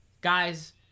Guys